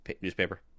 newspaper